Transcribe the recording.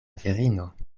virino